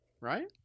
Right